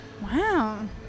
Wow